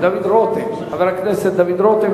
חבר הכנסת דוד רותם,